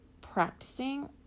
practicing